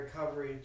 recovery